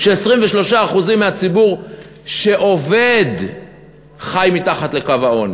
כש-23% מהציבור שעובד חי מתחת לקו העוני.